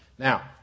Now